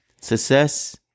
Success